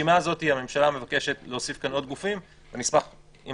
הממשלה מבקשת להוסיף כאן עוד גופים ואני אשמח אם